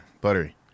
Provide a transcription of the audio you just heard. buttery